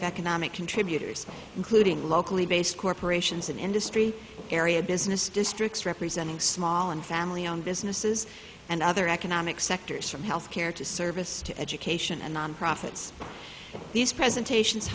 of economic contributors including locally based corporations and industry area business districts representing small and family owned businesses and other economic sectors from health care to service to education and non profits these presentations